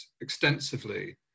extensively